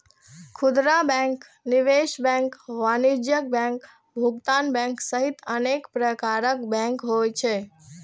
खुदरा बैंक, निवेश बैंक, वाणिज्यिक बैंक, भुगतान बैंक सहित अनेक प्रकारक बैंक होइ छै